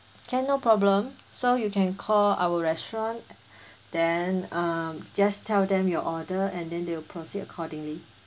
can no problem so you can call our restaurant then um just tell them your order and then they will proceed accordingly